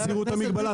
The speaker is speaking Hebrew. תסירו את המגבלה.